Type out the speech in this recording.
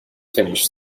finish